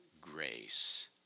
grace